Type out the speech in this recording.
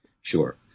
Sure